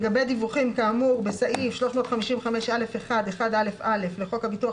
לגבי דיווחים כאמור בסעיף 355(א1)(1א)(א) לחוק הביטוח